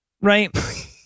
Right